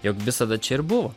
jog visada čia ir buvo